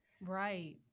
Right